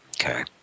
Okay